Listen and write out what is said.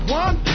one